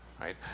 right